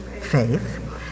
faith